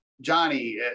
johnny